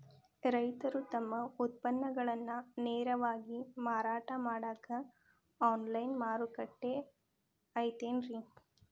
ರೈತರು ತಮ್ಮ ಉತ್ಪನ್ನಗಳನ್ನ ನೇರವಾಗಿ ಮಾರಾಟ ಮಾಡಾಕ ಆನ್ಲೈನ್ ಮಾರುಕಟ್ಟೆ ಐತೇನ್ರಿ?